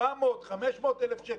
400 500 אלף שקלים,